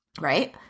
right